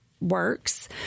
works